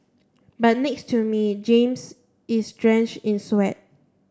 but next to me James is drenched in sweat